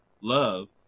love